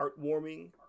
heartwarming